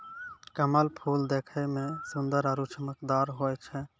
कमल फूल देखै मे सुन्दर आरु चमकदार होय छै